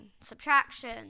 subtraction